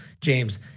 James